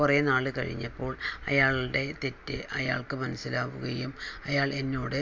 കുറേ നാൾ കഴിഞ്ഞപ്പോൾ അയാളുടെ തെറ്റ് അയാൾക്ക് മനസ്സിലാവുകയും അയാൾ എന്നോട്